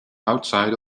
outside